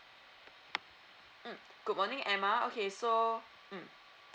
mm good morning emma okay so mm